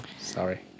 sorry